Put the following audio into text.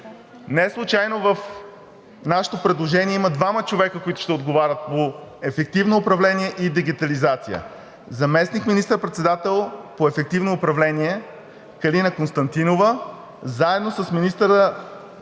Неслучайно в нашето предложение има двама човека, които ще отговарят по ефективно управление и дигитализация – заместник министър-председателят по ефективно управление Калина Константинова заедно с министъра